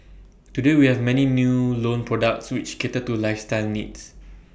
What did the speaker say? today we have many new loan products which cater to lifestyle needs